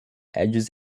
edges